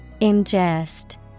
Ingest